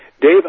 Dave